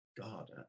God